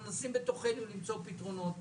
אנחנו מנסים למצוא פתרונות גם בתוכנו.